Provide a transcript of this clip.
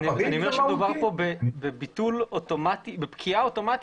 אני אומר שמדובר כאן בפקיעה אוטומטית.